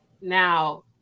now